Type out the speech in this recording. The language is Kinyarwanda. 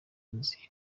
nzi